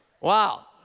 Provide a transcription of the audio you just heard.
Wow